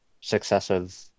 Successive